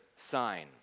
sign